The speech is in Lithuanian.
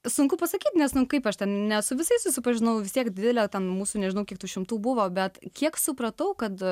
sunku pasakyt nes nu kaip aš ten ne su visais susipažinau vis tiek didelė ten mūsų nežinau kiek tų šimtų buvo bet kiek supratau kad